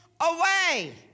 away